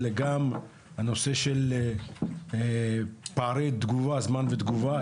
אלא גם הנושא של פערי זמן ותגובה.